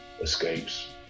escapes